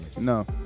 No